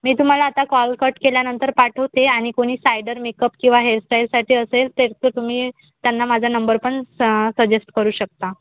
मी तुम्हाला आता call cut केल्यानंतर पाठवते आणि कोणी सायडर मेकअप किंवा हेअरस्टाईलसाठी असेल तेरचं तुम्ही त्यांना माझा नंबर पण स सजेस्ट करू शकता